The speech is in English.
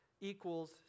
equals